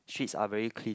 streets are very clean